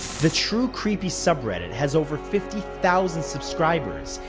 the true creepy subreddit has over fifty thousand subscribers,